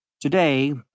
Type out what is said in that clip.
Today